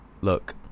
look